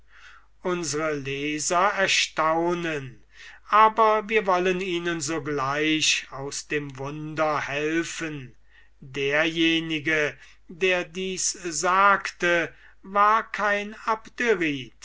unsre leser erstaunen aber wir wollen ihnen sogleich aus dem wunder helfen derjenige der dies sagte war kein abderit